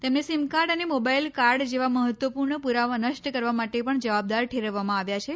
તેમને સિમકાર્ડ અને mobile card જેવા મહત્વપૂર્ણ પુરાવા નષ્ટ કરવા માટે પણ જવાબદાર ઠેરવવામાં આવ્યા છે